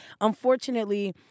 unfortunately